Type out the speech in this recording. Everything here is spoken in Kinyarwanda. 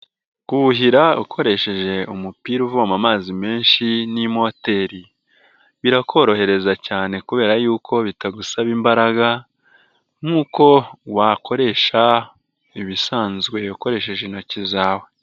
Kuhira ukoresheje umupira uvoma amazi menshi n'imoteri, birakorohereza cyane kubera yuko bitagusaba imbaraga nkuko wakoresha ibisanzwe ukoresheje intoki zawe.